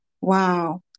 Wow